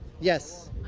yes